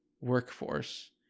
workforce